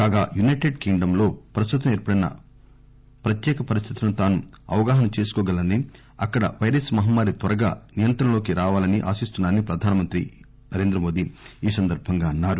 కాగా United Kingdom లో ప్రస్తుతం ఏర్పడిన ప్రత్యిక పరిస్థితులను తాను అవగాహన చేసుకోగలనని అక్కడ పైరస్ మహమ్మారి త్వరగా నియంత్రణలోకి రావాలని ఆశిస్తున్నా నని ప్రధాని మోదీ అన్నారు